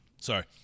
Sorry